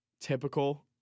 typical